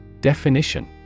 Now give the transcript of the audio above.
Definition